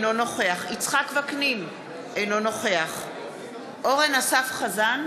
אינו נוכח יצחק וקנין, אינו נוכח אורן אסף חזן,